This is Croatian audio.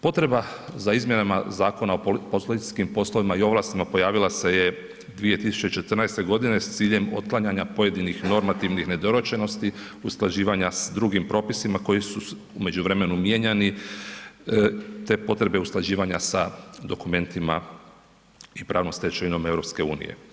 Potreba za izmjenama Zakona o policijskim poslovima i ovlastima pojavila se je 2014. s ciljem otklanjanja pojedinih normativnih nedorečenosti, usklađivanja sa drugim propisima koji su u međuvremenu mijenjani te potrebe usklađivanja sa dokumentima i pravnom stečevinom EU.